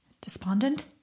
Despondent